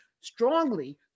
strongly